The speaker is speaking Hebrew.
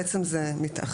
בעצם זה מתאחד.